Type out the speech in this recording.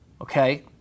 okay